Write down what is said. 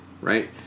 right